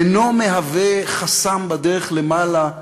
אינו מהווה חסם בדרך למעלה,